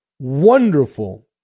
wonderful